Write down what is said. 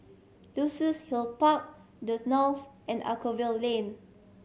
Luxus Hill Park The Knolls and Anchorvale Lane